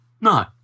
No